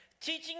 Teaching